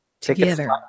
together